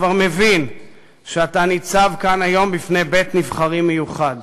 כבר מבין שאתה ניצב כאן היום בפני בית-נבחרים מיוחד.